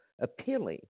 appealing